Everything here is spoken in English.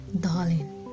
darling